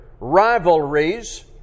rivalries